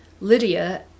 Lydia